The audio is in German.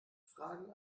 fragen